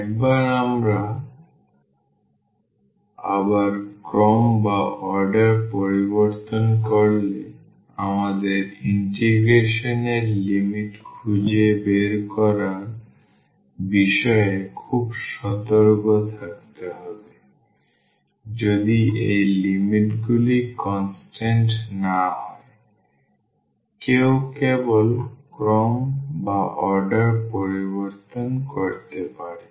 একবার আমরা আবার ক্রম পরিবর্তন করলে আমাদের ইন্টিগ্রেশন এর লিমিট খুঁজে বের করার বিষয়ে খুব সতর্ক থাকতে হবে যদি এই লিমিটগুলি কনস্ট্যান্ট না হয় কেউ কেবল ক্রম পরিবর্তন করতে পারে